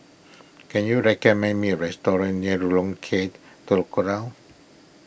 can you recommend me a restaurant near K Telok Kurau